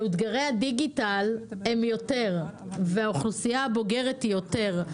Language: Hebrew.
מאותגרי הדיגיטל הם יותר והאוכלוסייה הבוגרת היא יותר.